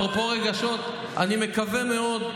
אני מקווה מאוד,